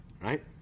Right